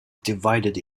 divided